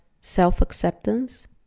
self-acceptance